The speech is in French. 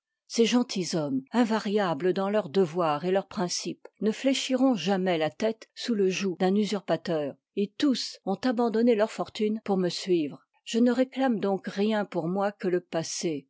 ces gentilshommes invariables dans leur devoir et leurs principes ne fléchiront jamais y la tête sous le joug d'un usurpateur et tous ont abandonné leurs fortunes pour me suivre je ne réclame donc rien pour moi que le passé